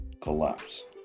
collapse